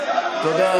תודה,